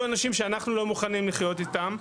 אנשים שאנחנו לא מוכנים לחיות איתם.